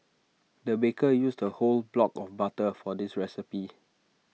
the baker used A whole block of butter for this recipe